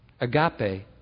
Agape